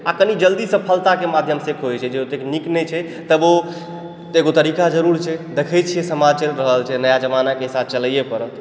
आ कनी जल्दी सफलताके माध्यम से खोजै छै जे ओतेक नीक नइँ छै तबो एगो तरीका जरूर छै देखै छियै समाज चलि रहल छै नया जमानाके साथ चलैए पड़त